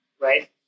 right